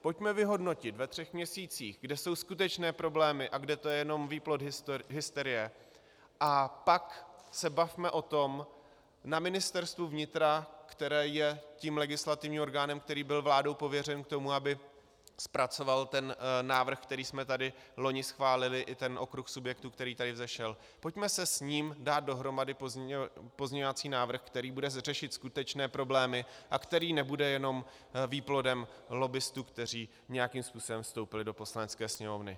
Pojďme vyhodnotit ve třech měsících, kde jsou skutečné problémy a kde to je jenom výplod hysterie, a pak se bavme o tom na Ministerstvu vnitra, které je tím legislativním orgánem, který byl vládou pověřen k tomu, aby zpracoval návrh, který jsme tady loni schválili, i ten okruh subjektů, který tady vzešel, pojďme s ním dát dohromady pozměňovací návrh, který bude řešit skutečné problémy a který nebude jenom výplodem lobbistů, kteří nějakým způsobem vstoupili do Poslanecké sněmovny.